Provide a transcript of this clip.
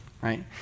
right